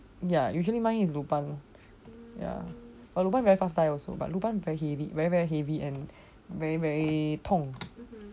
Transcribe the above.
ya usually mind is luban ya very fast die also but luban very very heavy and very very 痛